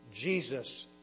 Jesus